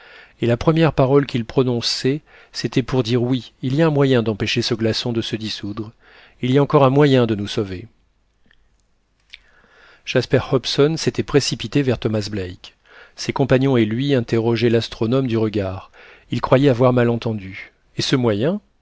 et la première parole qu'il prononçait c'était pour dire oui il y a un moyen d'empêcher ce glaçon de se dissoudre il y a encore un moyen de nous sauver jasper hobson s'était précipité vers thomas black ses compagnons et lui interrogeaient l'astronome du regard ils croyaient avoir mal entendu et ce moyen